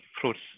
fruits